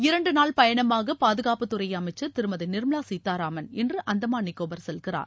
இரண்டு நாள் பயணமாக பாதுகாப்பு துறை அமைச்சர் திருமதி நிர்மலா சீதாராமன் இன்று அந்தமான் நிக்கோபர் செல்கிறார்